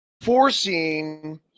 forcing